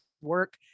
work